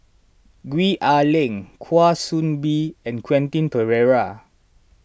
Gwee Ah Leng Kwa Soon Bee and Quentin Pereira